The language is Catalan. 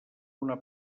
una